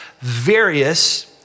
various